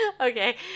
Okay